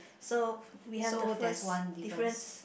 so we have the first difference